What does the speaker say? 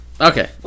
Okay